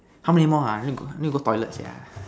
how many more ah need need to go toilet sia